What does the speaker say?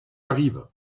arrive